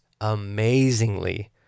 amazingly